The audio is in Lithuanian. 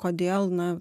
kodėl na